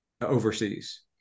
Overseas